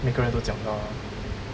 每个人都讲他 lah